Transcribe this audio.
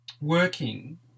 working